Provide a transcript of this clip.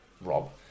Rob